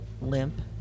limp